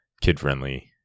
kid-friendly